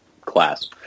class